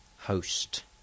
host